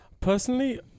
Personally